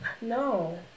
no